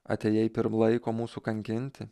atėjai pirm laiko mūsų kankinti